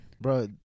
Bro